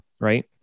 right